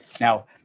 Now